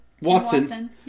Watson